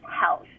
health